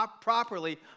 properly